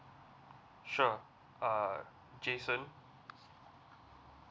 sure uh jason